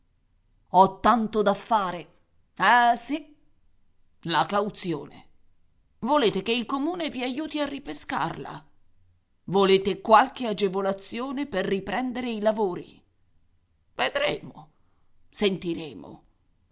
ho tanto da fare ah sì la cauzione volete che il comune vi aiuti a ripescarla volete qualche agevolazione per riprendere i lavori vedremo sentiremo